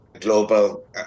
global